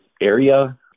area